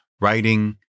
writing